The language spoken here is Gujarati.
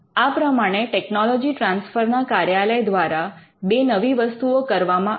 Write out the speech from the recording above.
આ પ્રમાણે ટેકનોલોજી ટ્રાન્સફરના કાર્યાલય દ્વારા બે નવી વસ્તુઓ કરવામાં આવી